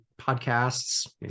podcasts